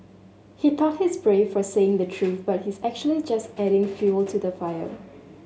he thought he's brave for saying the truth but he's actually just adding fuel to the fire